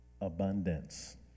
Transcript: abundance